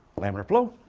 laminar flow.